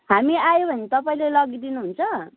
हामी आयो भने तपाईँले लगिदिनु हुन्छ